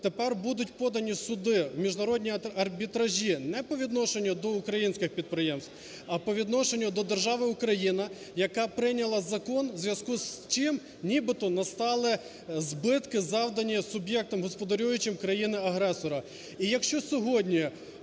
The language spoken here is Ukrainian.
тепер будуть подані суди, міжнародні арбітражі не по відношенню до українських підприємств, а по відношенню до держави Україна, яка прийняла закон, у зв'язку з чим нібито настали збитки, завдані суб'єктам господарюючим країни-агресора.